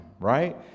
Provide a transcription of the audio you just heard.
right